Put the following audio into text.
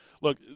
Look